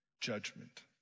judgment